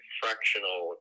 fractional